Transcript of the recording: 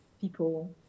people